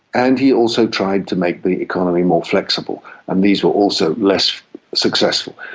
and he also tried to make the economy more flexible, and these were also less successful.